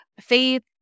faith